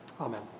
Amen